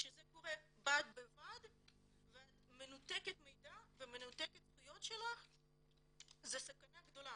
כשזה קורה בד בבד ואת מנותקת מידע ומנותקת מהזכויות שלך זאת סכנה גדולה.